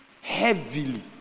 Heavily